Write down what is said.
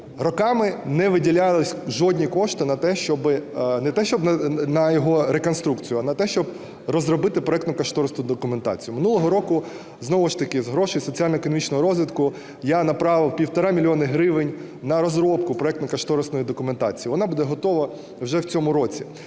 Роками не виділялися жодні кошти на те, щоби… не те що на його реконструкцію, а на те, щоб розробити проектно-кошторисну документацію. Минулого року, знову ж таки з грошей соціально-економічного розвитку, я направив півтора мільйона гривень на розробку проектно-кошторисної документації, вона буде готова вже в цьому році.